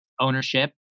ownership